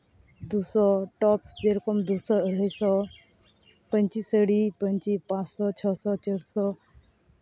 ᱫᱩᱥᱚ ᱴᱚᱯ ᱡᱮᱨᱚᱠᱚᱢ ᱫᱩᱥᱚ ᱟᱹᱲᱟᱹᱭᱥᱚ ᱯᱟᱹᱧᱪᱤ ᱥᱟᱹᱲᱤ ᱯᱟᱸᱥᱥᱳ ᱪᱷᱚᱥᱚ ᱪᱟᱹᱨᱥᱚ